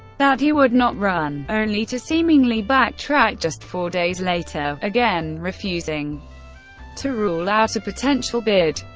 that he would not run, only to seemingly backtrack just four days later, again refusing to rule out a potential bid.